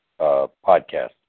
podcast